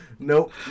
Nope